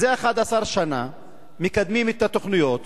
זה 11 שנה מקדמים את התוכניות.